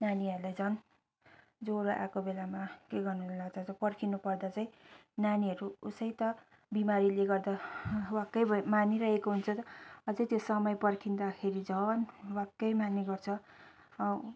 नानीहरूलाई झन् ज्वरो आएको बेलामा के गर्नु लाँदा पर्खिनु पर्दा चैँ नानीहरू उसै त बिमारीले गर्दा वाक्कै मानिरहेको हुन्छ अजै त्यो समय पर्खिन्दाखेरि झन वाक्कै मान्ने गर्छ